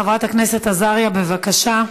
חברת הכנסת עזריה, בבקשה.